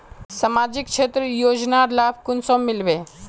सामाजिक क्षेत्र योजनार लाभ कुंसम मिलबे?